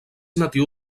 natiu